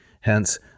Hence